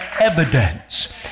evidence